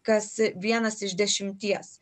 kas vienas iš dešimties